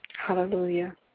Hallelujah